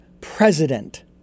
president